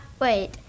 wait